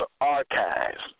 Archives